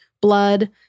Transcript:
blood